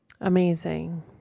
Amazing